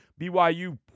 BYU